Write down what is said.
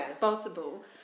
possible